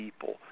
people